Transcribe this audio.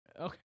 Okay